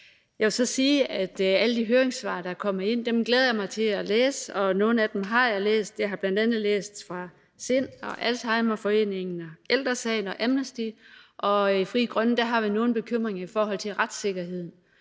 Jeg vil så sige, at alle de høringssvar, der er kommet ind, glæder jeg mig til at læse. Nogle af dem har jeg læst; jeg har bl.a. læst dem fra SIND, Alzheimerforeningen, Ældre Sagen og Amnesty International. Og i Frie Grønne har vi nogle bekymringer i forhold til retssikkerheden,